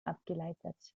abgeleitet